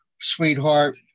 sweetheart